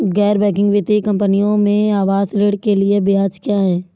गैर बैंकिंग वित्तीय कंपनियों में आवास ऋण के लिए ब्याज क्या है?